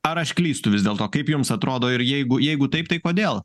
ar aš klystu vis dėlto kaip jums atrodo ir jeigu jeigu taip tai kodėl